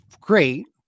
great